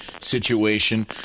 situation